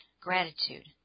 gratitude